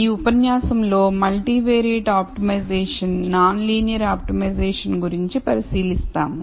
ఈ ఉపన్యాసంలో multivariate optimization non linear ఆప్టిమైజేషన్గురించి పరిశీలిస్తాము